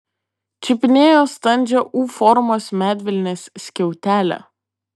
čiupinėjo standžią u formos medvilnės skiautelę